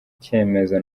cyemezo